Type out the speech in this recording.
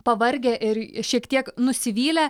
pavargę ir šiek tiek nusivylę